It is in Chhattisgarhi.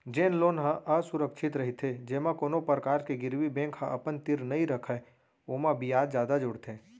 जेन लोन ह असुरक्छित रहिथे जेमा कोनो परकार के गिरवी बेंक ह अपन तीर नइ रखय ओमा बियाज जादा जोड़थे